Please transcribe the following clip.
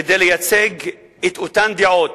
כדי לייצג את אותן דעות